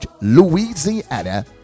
Louisiana